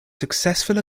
successful